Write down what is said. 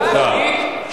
כוחנית,